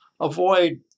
avoid